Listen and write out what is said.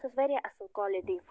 تَتھ ٲس واریاہ اَصٕل کالٹی